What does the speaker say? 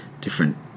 different